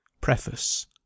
Preface